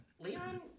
Leon